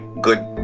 good